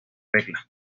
regla